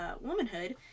womanhood